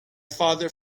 father